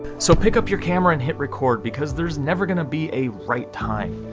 so pick up your camera and hit record, because there's never gonna be a right time,